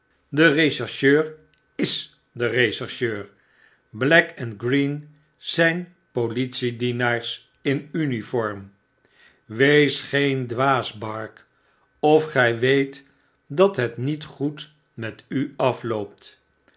de rechercheur is de rechercheur black en green zyn politiedienaars in uniform wees geen dwaas bark of gy weet dat het niet goed met uafloopt